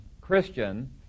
Christian